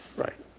right.